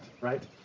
right